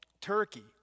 Turkey